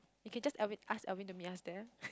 you can just Alvin ask Alvin to meet us there